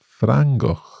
frangoch